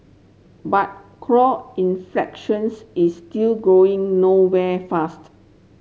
but inflations is still going nowhere fast